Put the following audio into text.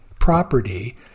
property